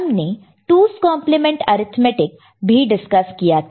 हमने 2's complement arithmetic 2's complement arithmetic भी discuss किया था